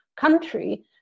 country